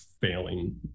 failing